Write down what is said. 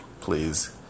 Please